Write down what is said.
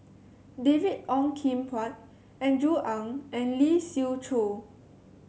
David Ong Kim Huat Andrew Ang and Lee Siew Choh